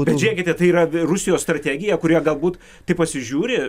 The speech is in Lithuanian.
bet žiūrėkite tai yra rusijos strategija kurioje galbūt taip pasižiūri